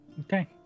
Okay